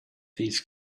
these